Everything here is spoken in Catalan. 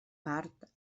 part